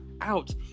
out